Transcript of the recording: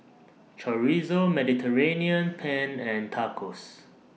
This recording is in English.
Chorizo Mediterranean Penne and Tacos